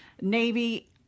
Navy